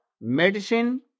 medicine